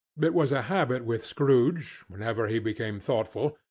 it was a habit with scrooge, whenever he became thoughtful,